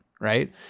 Right